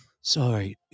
sorry